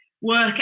work